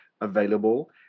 available